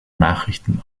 nachrichten